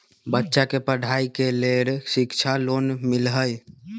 बच्चा के पढ़ाई के लेर शिक्षा लोन मिलहई?